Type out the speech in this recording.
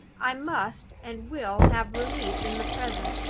i must and will have relief in the present,